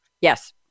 Yes